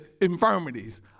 infirmities